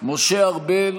משה ארבל,